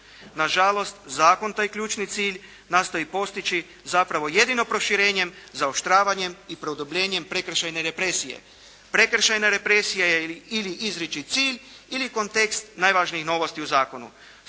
Na žalost, zakon taj ključni cilj nastoji postići zapravo jedino proširenjem, zaoštravanjem i produbljenjem prekršajne represije. Prekršajna represija je ili izreći cilj ili kontekst najvažnijih novosti u zakonu.